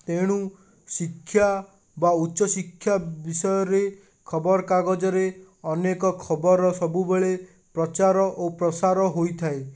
ତେଣୁ ଶିକ୍ଷା ବା ଉଚ୍ଚଶିକ୍ଷା ବିଷୟରେ ଖବରକାଗଜରେ ଅନେକ ଖବର ସବୁବେଳେ ପ୍ରଚାର ଓ ପ୍ରସାର ହୋଇଥାଏ